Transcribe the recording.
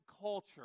culture